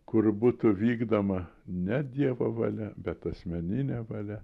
kur būtų vykdoma ne dievo valia bet asmeninė valia